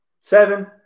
Seven